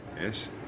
yes